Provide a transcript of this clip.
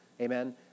amen